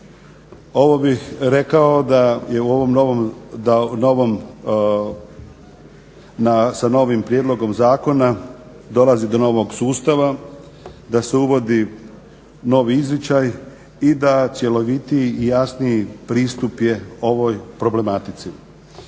Ovo bih rekao da sa novim prijedlogom zakona dolazi do novog sustava, da se uvodi novi izričaj i da cjelovitiji i jasniji pristup ovoj problematici.